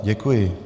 Děkuji.